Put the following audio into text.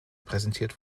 präsentiert